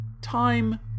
Time